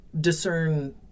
discern